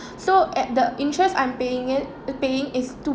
so at the interest I'm paying it paying is too